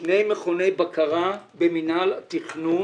שני מכוני בקרה במינהל התכנון